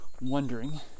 wondering